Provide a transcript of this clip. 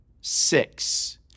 Six